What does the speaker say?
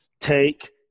Take